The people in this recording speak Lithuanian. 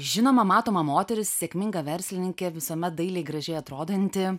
žinoma matoma moteris sėkminga verslininkė visuomet dailiai gražiai atrodanti